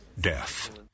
death